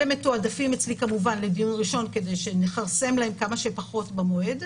אלה מתועדפים אצלי כמובן לדיון הראשון כדי שנכרסם להם כמה שפחות במועד.